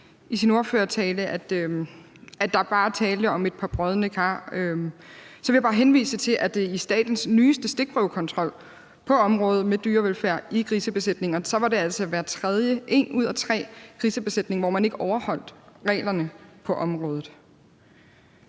i sin ordførertale, at der bare er tale om et par brodne kar. Så vil jeg bare henvise til, at i statens nyeste stikprøvekontrol på området med dyrevelfærd i grisebesætninger, var det hver tredje grisebesætning, altså en ud af tre, hvor man ikke overholdt reglerne på området.